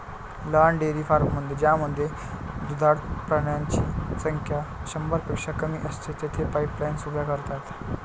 लहान डेअरी फार्ममध्ये ज्यामध्ये दुधाळ प्राण्यांची संख्या शंभरपेक्षा कमी असते, तेथे पाईपलाईन्स उभ्या करतात